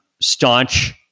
staunch